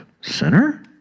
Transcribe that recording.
sinner